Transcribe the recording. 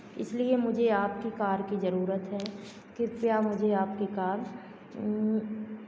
इसलिए मुझे आपकी कार की ज़रूरत है कृपया मुझे आपकी कार